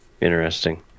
interesting